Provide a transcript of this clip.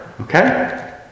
okay